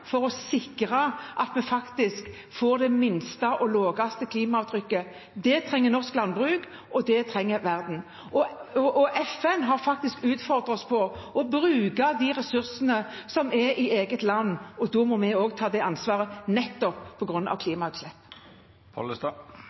for å sikre at vi får det minste og laveste klimaavtrykket. Det trenger norsk landbruk, og det trenger verden. FN har utfordret oss til å bruke de ressursene som er i eget land, og da må vi ta det ansvaret, nettopp